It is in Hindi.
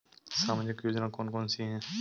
सामाजिक योजना कौन कौन सी हैं?